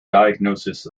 diagnosis